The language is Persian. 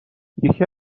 یکی